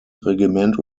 regiment